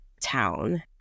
town